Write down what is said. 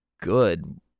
good